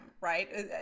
right